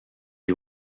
you